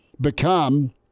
become